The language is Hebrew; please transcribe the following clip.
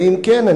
ואם כן,